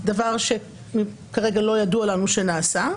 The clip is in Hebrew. דבר שכרגע לא ידוע לנו שנעשה.